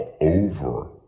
over